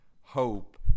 Hope